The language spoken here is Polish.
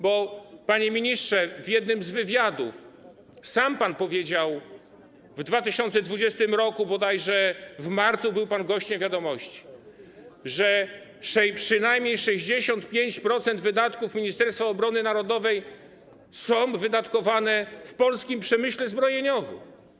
Bo, panie ministrze, w jednym z wywiadów sam pan powiedział - w 2020 r., bodajże w marcu, był pan gościem ˝Wiadomości˝ - że przynajmniej 65% wydatków Ministerstwa Obrony Narodowej jest wydatkowane w polskim przemyśle zbrojeniowym.